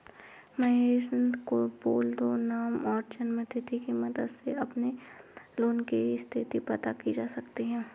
महेश को बोल दो नाम और जन्म तिथि की मदद से भी अपने लोन की स्थति पता की जा सकती है